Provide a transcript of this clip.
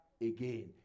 again